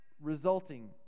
Resulting